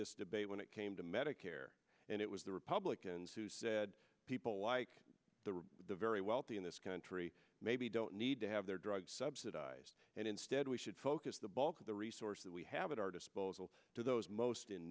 this debate when it came to medicare and it was the republicans who said people like the very wealthy in this country maybe don't need to have their drugs subsidized and instead we should focus the bulk of the resource that we have at our disposal to those most in